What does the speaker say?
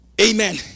Amen